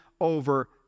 over